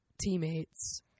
teammates